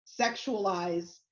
sexualize